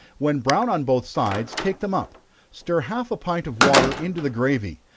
when brown on both sides, take them up stir half a pint of water into the gravy,